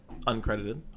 Uncredited